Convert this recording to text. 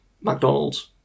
McDonald's